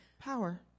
power